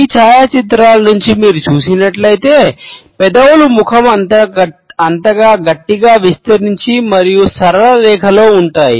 ఈ ఛాయాచిత్రాల నుండి మీరు చూసినట్లయితే పెదవులు ముఖం అంతటా గట్టిగా విస్తరించి మరియు సరళ రేఖలో ఉంటాయి